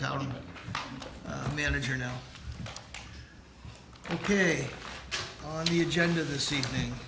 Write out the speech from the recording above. town manager now ok on the agenda this evening